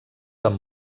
amb